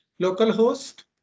localhost